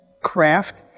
craft